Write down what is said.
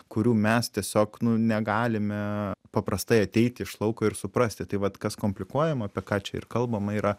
kurių mes tiesiog nu negalime paprastai ateiti iš lauko ir suprasti tai vat kas komplikuojama apie ką čia ir kalbama yra